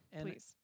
please